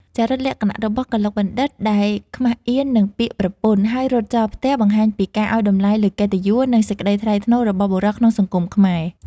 ចរិតលក្ខណៈរបស់កឡុកបណ្ឌិត្យ ដែលខ្មាសអៀននឹងពាក្យប្រពន្ធ ហើយរត់ចោលផ្ទះ បង្ហាញពីការឱ្យតម្លៃលើកិត្តិយស និងសេចក្តីថ្លៃថ្នូររបស់បុរសក្នុងសង្គមខ្មែរ។